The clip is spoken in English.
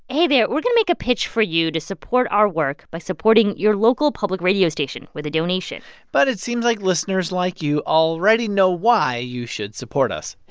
hey there. we're going to make a pitch for you to support our work by supporting your local public radio station with a donation but it seems like listeners like you already know why you should support us